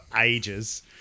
ages